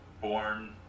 born